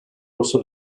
also